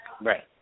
Right